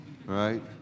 Right